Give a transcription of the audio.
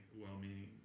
well-meaning